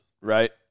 right